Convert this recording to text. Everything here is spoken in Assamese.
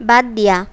বাদ দিয়া